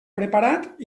preparat